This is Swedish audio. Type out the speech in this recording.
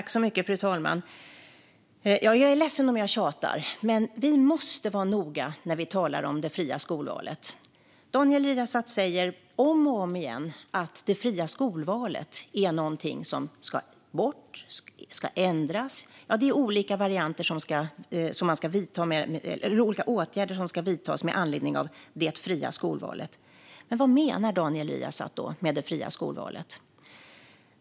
Fru talman! Jag är ledsen om jag tjatar. Men vi måste vara noga när vi talar om det fria skolvalet. Daniel Riazat säger om och om igen att det fria skolvalet är något som ska bort, som ska ändras. Det är olika åtgärder som ska vidtas med anledning av det fria skolvalet. Men vad menar Daniel Riazat med det fria skolvalet?